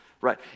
Right